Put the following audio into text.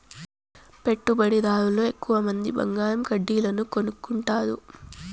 పెట్టుబడిదార్లు ఎక్కువమంది బంగారు కడ్డీలను కొనుక్కుంటారు